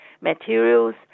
materials